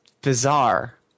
bizarre